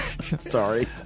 Sorry